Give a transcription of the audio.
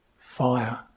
fire